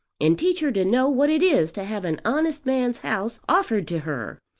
and teach her to know what it is to have an honest man's house offered to her.